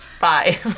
Bye